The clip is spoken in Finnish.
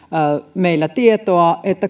meillä tietoa